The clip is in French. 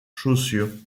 chaussures